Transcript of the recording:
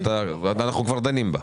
אנחנו כבר דנים בה.